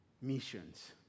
missions